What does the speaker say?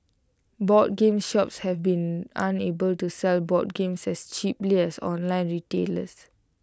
board game shops have been unable to sell board games as cheaply as online retailers